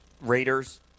Raiders